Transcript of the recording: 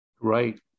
Right